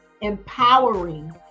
empowering